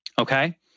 Okay